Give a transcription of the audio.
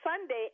sunday